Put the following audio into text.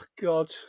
God